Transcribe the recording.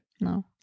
no